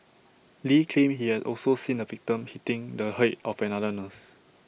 lee claimed he had also seen the victim hitting the Head of another nurse